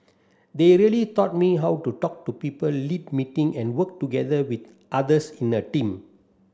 they really taught me how to talk to people lead meeting and work together with others in a team